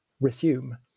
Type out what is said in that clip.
resume